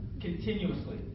Continuously